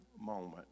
moment